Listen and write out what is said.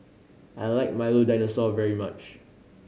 I like Milo Dinosaur very much